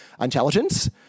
intelligence